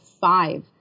five